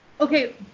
okay